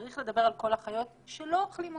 צריך לדבר על כל החיות שלא אוכלים אותן.